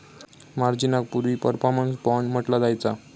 मार्जिनाक पूर्वी performance bond म्हटला जायचा